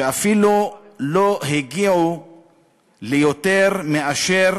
שאפילו לא הגיעו ליותר מאשר